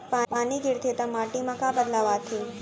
पानी गिरथे ता माटी मा का बदलाव आथे?